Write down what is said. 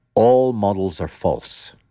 all models are false,